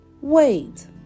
Wait